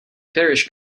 parish